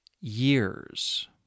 years